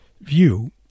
view